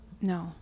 No